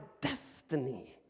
destiny